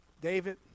David